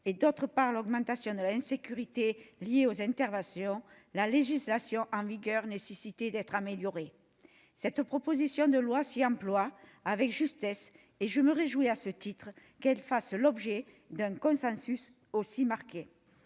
volontaire et à l'augmentation de l'insécurité liée aux interventions, la législation en vigueur nécessitait d'être améliorée. Cette proposition de loi s'y emploie avec justesse, et je me réjouis, à ce titre, qu'elle fasse l'objet d'un consensus aussi marqué.